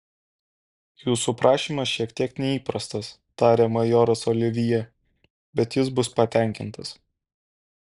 jūsų prašymas šiek tiek neįprastas tarė majoras olivjė bet jis bus patenkintas